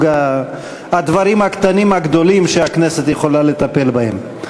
זה מסוג הדברים הקטנים הגדולים שהכנסת יכולה לטפל בהם.